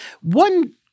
one